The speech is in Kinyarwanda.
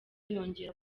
yongera